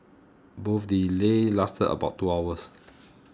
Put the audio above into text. both delays lasted about two hours